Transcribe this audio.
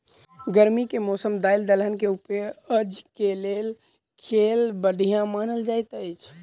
गर्मी केँ मौसम दालि दलहन केँ उपज केँ लेल केल बढ़िया मानल जाइत अछि?